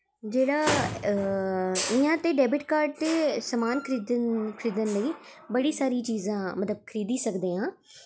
जेह्ड़ा इ'यां ते डेबिट कार्ड ते समान खरीदन लेई बड़ी सारी चीजां मतलब खरीदी सकदे आं